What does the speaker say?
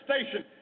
station